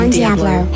Diablo